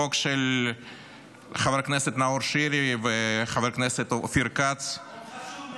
החוק של חבר הכנסת נאור שירי וחבר הכנסת אופיר כץ -- חוק חשוב מאוד.